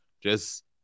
Just-